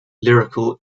lyrical